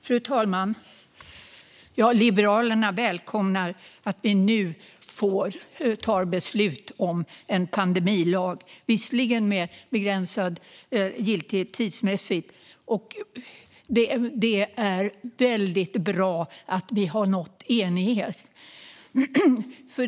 Fru talman! Liberalerna välkomnar att vi nu fattar beslut om en pandemilag, om än med begränsad giltighet tidsmässigt. Det är väldigt bra att vi har nått enighet.